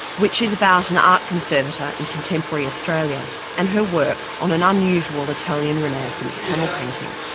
which is about an art conservator in contemporary australia and her work on an unusual italian renaissance panel painting.